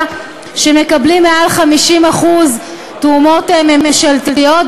שמקבלים מעל 50% תרומות ממשלתיות.